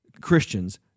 Christians